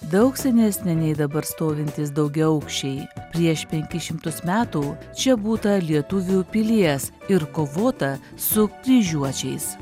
daug senesnė nei dabar stovintys daugiaaukščiai prieš penkis šimtus metų čia būta lietuvių pilies ir kovota su kryžiuočiais